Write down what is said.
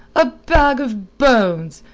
a bag of bones.